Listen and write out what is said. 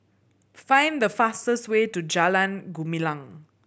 find the fastest way to Jalan Gumilang